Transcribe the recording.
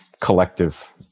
collective